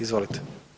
Izvolite.